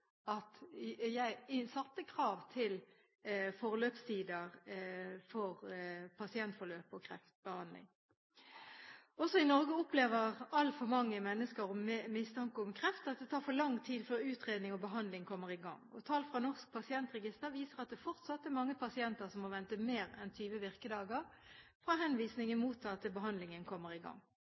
at jeg satte krav til forløpstider for pasientforløp på kreftbehandling. Også i Norge opplever altfor mange mennesker med mistanke om kreft at det tar for lang tid før utredning og behandling kommer i gang. Tall fra Norsk pasientregister viser at det fortsatt er mange pasienter som må vente mer enn 20 virkedager fra henvisning er mottatt, til behandlingen kommer i gang.